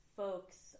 folks